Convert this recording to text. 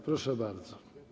Proszę bardzo.